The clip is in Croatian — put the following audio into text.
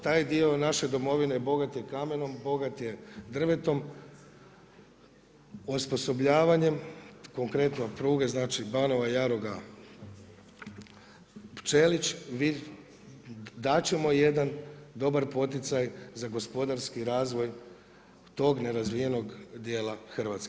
Taj dio naše domovine bogat je kamenom, bogat je drvetom, osposobljavanjem kompletno pruge, znači Banova Jaruga-Pčelić, dati ćemo jedan dobar poticaj za gospodarski razvoj tog nerazvijenog dijela Hrvatske.